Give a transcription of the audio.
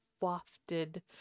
Wafted